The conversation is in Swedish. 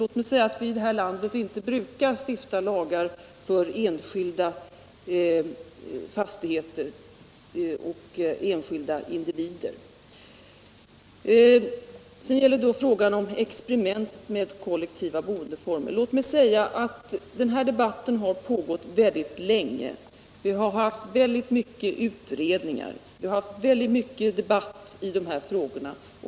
Låt mig säga att vi i det här landet inte brukar stifta lagar för enskilda fastigheter och enskilda individer. När det gäller experiment med kollektiva boendeformer vill jag säga att vi mycket länge har haft debatt i dessa frågor och att vi har haft många utredningar.